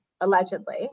allegedly